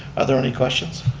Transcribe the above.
are there any questions?